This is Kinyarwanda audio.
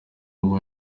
ubwo